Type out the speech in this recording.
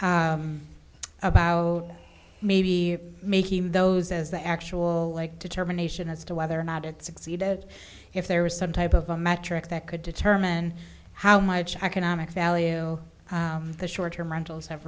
lot about maybe making those as the actual determination as to whether or not it succeeded if there was some type of a metric that could determine how much economic value the short term rentals